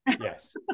Yes